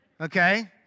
okay